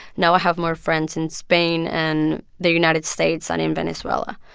now i have more friends in spain and the united states than in venezuela.